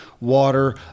water